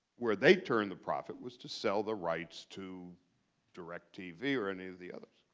where they turn the profit was to sell the rights to directv or any of the others.